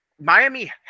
miami